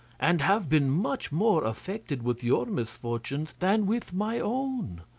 and have been much more affected with your misfortunes than with my own.